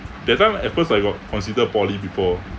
that time at first I got consider poly before